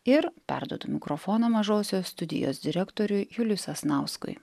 ir perduodu mikrofoną mažosios studijos direktoriui juliui sasnauskui